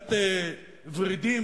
קצת ורידים,